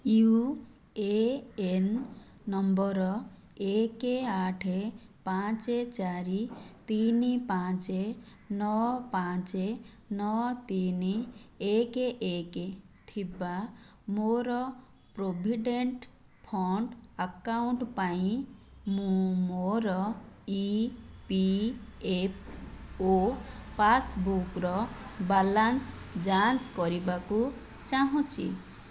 you A N number ଏକ ଆଠ ପାଞ୍ଚ ଚାରି ତିନି ପାଞ୍ଚ ନଅ ପାଞ୍ଚ ନଅ ତିନି ଏକ ଏକ ଥିବା ମୋର ପ୍ରୋଭିଡ଼େଣ୍ଟ ଫଣ୍ଡ ଆକାଉଣ୍ଟ ପାଇଁ ମୁଁ ମୋର ଇ ପି ଏଫ୍ ଓ ପାସ୍ବୁକ୍ର ବାଲାନ୍ସ ଯାଞ୍ଚ କରିବାକୁ ଚାହୁଁଛି